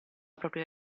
propria